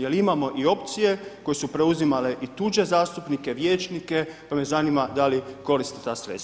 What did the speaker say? Jer imamo i opcije koje su preuzimale i tuđe zastupnike, vijećnike pa me zanima da li koristi ta sredstva.